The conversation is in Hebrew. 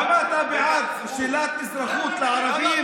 למה אתה בעד שלילת אזרחות לערבים,